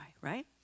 Right